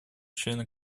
члены